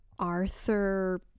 arthur